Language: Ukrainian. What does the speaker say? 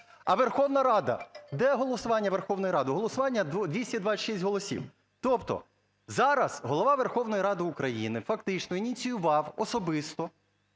а Верховна Рада. Де голосування Верховної Ради? Голосування 226 голосів. Тобто зараз Голова Верховної Ради України фактично ініціював особисто,